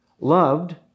loved